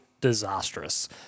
disastrous